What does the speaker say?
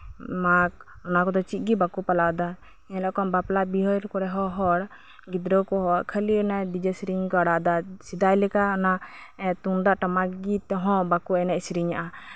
ᱢᱟᱜᱷ ᱚᱱᱟ ᱠᱚᱫᱚ ᱪᱮᱫᱜᱮ ᱵᱟᱠᱚ ᱯᱟᱞᱟᱣ ᱫᱟ ᱧᱮᱞ ᱠᱚᱣᱟᱢ ᱵᱟᱯᱞᱟ ᱵᱤᱦᱟᱹ ᱠᱚᱨᱮ ᱦᱚᱸ ᱦᱚᱲ ᱜᱤᱫᱽᱨᱟᱹ ᱠᱚᱸᱦᱚ ᱠᱷᱟᱹᱞᱤ ᱚᱱᱟ ᱰᱤ ᱡᱮ ᱥᱮᱨᱮᱧ ᱠᱚ ᱟᱲᱟᱜ ᱫᱟ ᱥᱮᱫᱟᱭ ᱞᱮᱠᱟ ᱛᱩᱢᱫᱟᱜ ᱴᱟᱢᱟᱠ ᱠᱚᱛᱮ ᱦᱚᱸ ᱵᱟᱠᱚ ᱮᱱᱮᱡ ᱥᱮᱨᱮᱧᱫᱟ